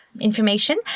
information